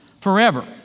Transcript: forever